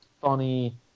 funny